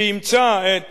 שאימצה את